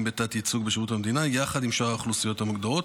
בתת-ייצוג בשירות המדינה יחד עם שאר האוכלוסיות המוגדרות.